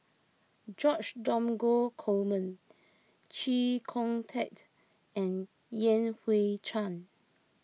George Dromgold Coleman Chee Kong Tet and Yan Hui Chang